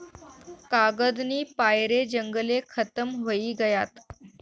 कागदनी पायरे जंगले खतम व्हयी गयात